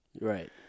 Right